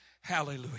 Hallelujah